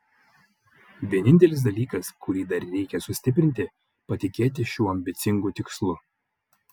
vienintelis dalykas kurį dar reikia sustiprinti patikėti šiuo ambicingu tikslu